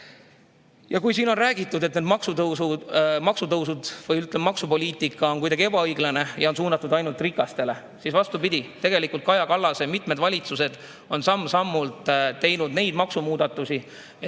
Ja kui siin on räägitud, et need maksutõusud, või ütleme, maksupoliitika on kuidagi ebaõiglane ja suunatud ainult rikastele, siis vastupidi, tegelikult on Kaja Kallase mitmed valitsused samm-sammult teinud neid maksumuudatusi, et tegelikult